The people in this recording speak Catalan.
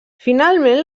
finalment